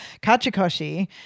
Kachikoshi